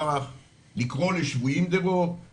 בוקר טוב לכולכם, תודה רבה שהגעתם.